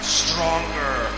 stronger